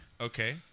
Okay